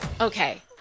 Okay